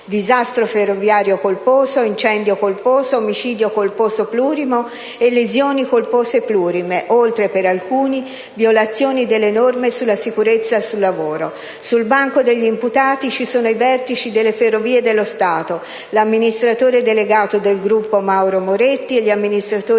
disastro ferroviario colposo, incendio colposo, omicidio colposo plurimo e lesioni colpose plurime, oltre che, per alcuni, violazioni delle norme sulla sicurezza sul lavoro. Sul banco degli imputati ci sono i vertici delle Ferrovie dello Stato, l'amministratore delegato del gruppo, Mauro Moretti, e gli amministratori